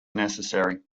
necessary